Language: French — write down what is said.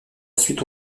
suite